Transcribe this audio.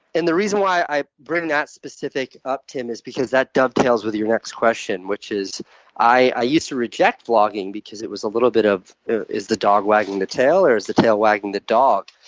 and the reason why i bring that specific up, tim, is because that dovetails with your next question, which is i i used to reject vlogging because it was a little bit of is the dog wagging the tail or is the tail wagging the dog?